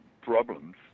problems